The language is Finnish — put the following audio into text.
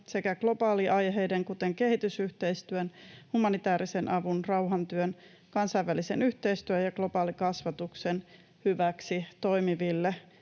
sekä globaaliaiheiden, kuten kehitysyhteistyön, humanitäärisen avun, rauhantyön, kansainvälisen yhteistyön ja globaalikasvatuksen, hyväksi toimiville